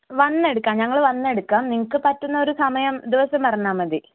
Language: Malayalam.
വന്നെടുക്കാം ഞങ്ങൾ വന്നെടുക്കാം നിങ്ങൾക്ക് പറ്റുന്ന ഒരു സമയം ദിവസം പറഞ്ഞാൽ മതി